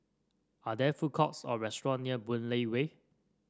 are there food courts or restaurant near Boon Lay Way